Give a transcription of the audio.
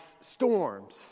storms